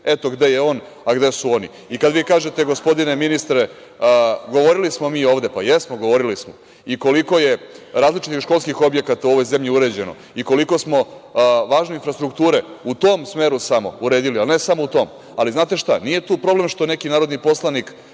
eto gde je on, a gde su oni.I kad vi kažete, gospodine ministre, govorili smo mi ovde, pa jesmo, govorili smo, i koliko je različitih školskih objekata u ovoj zemlji uređeno i koliko smo važne infrastrukture u tom smeru samo uredili, ali ne samo u tom, ali, znate šta? Nije tu problem što neki narodni poslanik